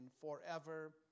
forever